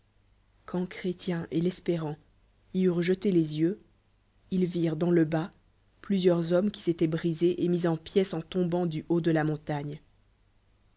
quand chrétien et l'espérant y enrent jelé les yeux ils virent dans le bas plusieu s hommes qui s'étoient brisés et mis en pièces en tombant du haut de la montagne